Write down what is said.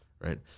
right